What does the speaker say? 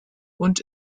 und